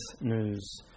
news